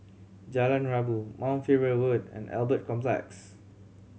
Jalan Rabu Mount Faber Road and Albert Complex